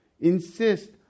insist